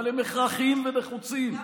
אבל הם הכרחיים ונחוצים.